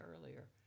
earlier